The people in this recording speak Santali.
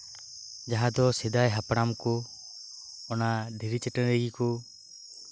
ᱡᱟᱦᱟ ᱫᱚ ᱥᱮᱫᱟᱭ ᱦᱟᱯᱲᱟᱢ ᱠᱚ ᱫᱷᱤᱨᱤ ᱪᱟᱹᱴᱟᱹᱱᱤ ᱨᱮᱠᱚ